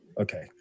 Okay